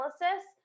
analysis